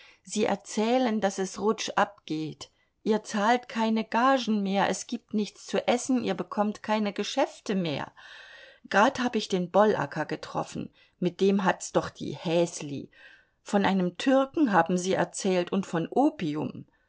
sie erzählen daß es rutschab geht ihr zahlt keine gagen mehr es gibt nichts zu essen ihr bekommt keine geschäfte mehr grad hab ich den bollacker getroffen mit dem hat's doch die häsli von einem türken haben sie erzählt und von opium